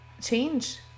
change